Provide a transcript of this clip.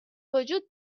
وجود